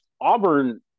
Auburn